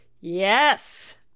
Yes